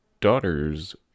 daughter's